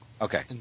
Okay